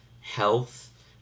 health